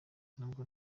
nubwo